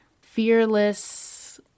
fearless